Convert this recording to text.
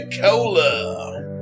Cola